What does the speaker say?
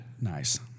Nice